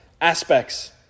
aspects